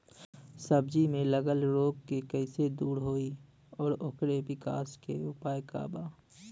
सब्जी में लगल रोग के कइसे दूर होयी और ओकरे विकास के उपाय का बा?